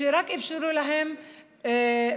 כשרק אפשרו להם בעבר,